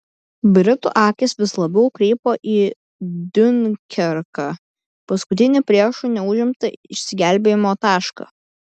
britų akys vis labiau krypo į diunkerką paskutinį priešų neužimtą išsigelbėjimo tašką